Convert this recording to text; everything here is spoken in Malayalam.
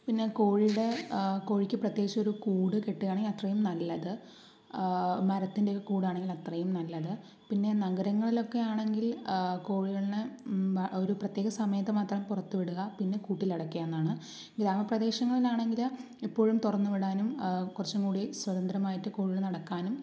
പിന്നെ കോഴിയുടെ കോഴിക്ക് പ്രത്യേകിച്ചൊരു കൂട് കെട്ടുകയാണെങ്കിൽ അത്രയും നല്ലത് മരത്തിൻറെയൊക്കെ കൂടാണെങ്കിൽ അത്രയും നല്ലത് പിന്നെ നഗരങ്ങളിലൊക്കെയാണെങ്കിൽ കോഴികളുടെ ഒരു പ്രത്യേക സമയത്തുമാത്രം പുറത്തുവിടുക പിന്നെ കൂട്ടിലടയ്ക്കാവുന്നതാണ് ഗ്രാമപ്രദേശങ്ങളിലാണെങ്കിൽ എപ്പോഴും തുറന്ന് വിടാനും കുറച്ചുംകൂടി സ്വതന്ത്രമായിട്ട് കൂടിൽ നടക്കാനും